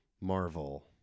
Marvel